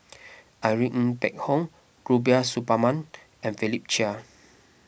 Irene Ng Phek Hoong Rubiah Suparman and Philip Chia